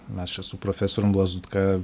mes čia su profesorium lazutka